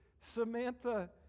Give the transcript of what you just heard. Samantha